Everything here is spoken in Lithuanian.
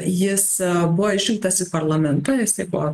jis buvo išrinktas į parlamentą jisai buvo